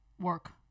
work